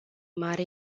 mare